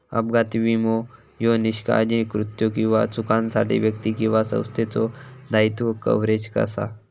अपघाती विमो ह्यो निष्काळजी कृत्यो किंवा चुकांसाठी व्यक्ती किंवा संस्थेचो दायित्व कव्हरेज असा